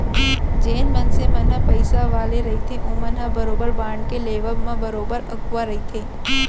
जेन मनसे मन ह पइसा वाले रहिथे ओमन ह बरोबर बांड के लेवब म बरोबर अघुवा रहिथे